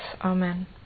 Amen